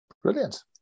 Brilliant